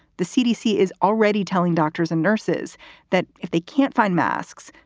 the cdc is already telling doctors and nurses that if they can't find masks,